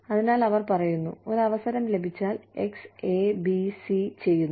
അതിനാൽ അവർ പറയുന്നു ഒരു അവസരം ലഭിച്ചാൽ X എ ബി സി ചെയ്യുന്നു